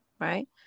right